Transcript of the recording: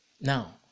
Now